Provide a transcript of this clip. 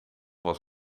was